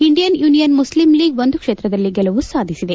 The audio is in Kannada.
ಇಂಡಿಯನ್ ಯುನಿಯನ್ ಮುಸ್ಲಿಂ ಲೀಗ್ ಒಂದು ಕ್ಷೇತ್ರಗಳಲ್ಲಿ ಗೆಲುವ ಸಾಧಿಸಿದೆ